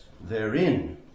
therein